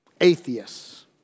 Atheists